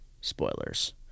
spoilers